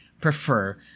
prefer